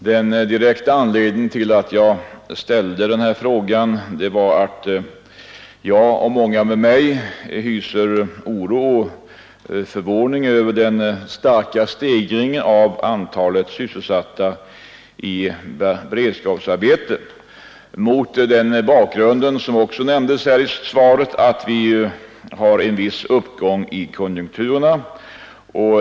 Den direkta anledningen till att jag ställde den här frågan var att jag, och många med mig, hyser oro och förvåning över den starka stegringen av antalet sysselsatta i beredskapsarbeten mot bakgrunden av — vilket också nämndes här i svaret — att vi har en viss uppgång i konjunkturerna.